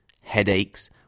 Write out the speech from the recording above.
headaches